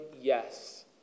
yes